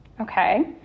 Okay